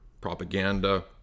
propaganda